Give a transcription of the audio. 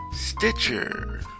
Stitcher